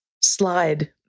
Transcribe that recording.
slide